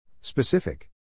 Specific